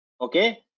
okay